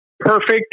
perfect